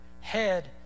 head